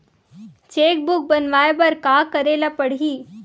Cheque book बनवाय बर का करे ल पड़हि?